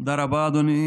מכבסת מילים,